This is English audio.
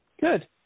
Good